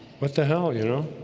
what the hell, you know,